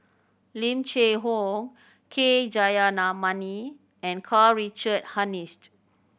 Lim Cheng Hoe K and Karl Richard Hanitsch